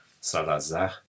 Salazar